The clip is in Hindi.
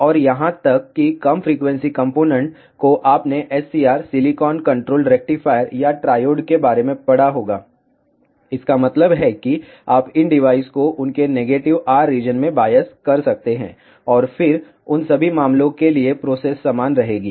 और यहां तक कि कम फ्रीक्वेंसी कॉम्पोनेन्ट को आपने SCR सिलिकॉन कंट्रोल्ड रेक्टिफायर या ट्रायोड के बारे में पढ़ा होगा इसका मतलब है कि आप इन डिवाइस को उनके नेगेटिव R रीजन में बायस कर सकते हैं और फिर उन सभी मामलों के लिए प्रोसेस समान रहेगी